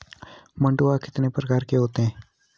मंडुआ कितने प्रकार का होता है?